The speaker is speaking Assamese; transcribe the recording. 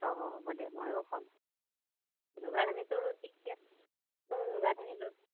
অঁ হ'ব দে ময়ো কম যোগাৰখিনিটো ঠিকে আছে চবে যোগাৰখিনি ল'বি